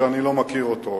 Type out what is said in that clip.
שאני לא מכיר אותו,